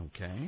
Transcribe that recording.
Okay